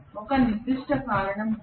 ఒక నిర్దిష్ట కారణం ఉంది